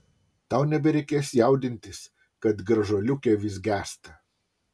tau nebereikės jaudintis kad gražuoliuke vis gęsta